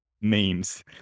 memes